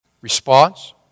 Response